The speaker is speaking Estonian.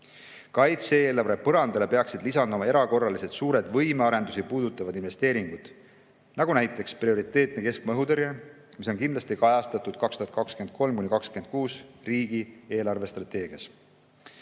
Kaitse-eelarve põrandale peaksid lisanduma erakorraliselt suured võimearendusi puudutavad investeeringud, näiteks prioriteetne keskmaa õhutõrje, mis on kindlasti kajastatud 2023.–2026. aasta riigi eelarvestrateegias.